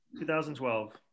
2012